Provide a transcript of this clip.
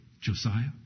Josiah